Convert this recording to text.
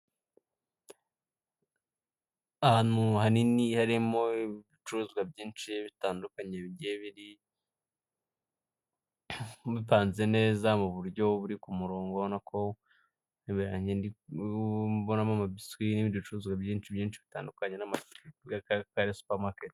Ahantu hanini harimo ibicuruzwa byinshi bitandukanye bigiye bipanze neza mu buryo biri ku murongo, ubona ko ubonamo amabiswi n'ibicuruzwa byinshi byinshi bitandukanye ubona ko ari supamaketi.